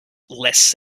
less